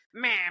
man